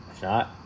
Shot